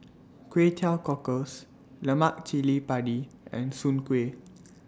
Kway Teow Cockles Lemak Cili Padi and Soon Kueh